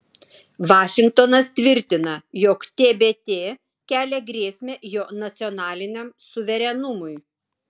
vašingtonas tvirtina jog tbt kelia grėsmę jo nacionaliniam suverenumui